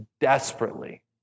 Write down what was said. desperately